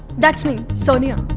that's me, sonia.